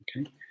Okay